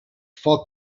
foc